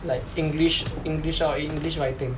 like english english or english writing